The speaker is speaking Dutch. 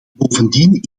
bovendien